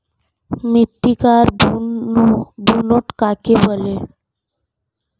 মৃত্তিকার বুনট কাকে বলে?